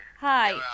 Hi